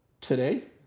today